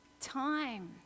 Time